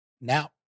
now